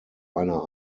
einer